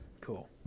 Cool